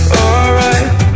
alright